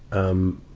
um,